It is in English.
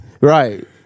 Right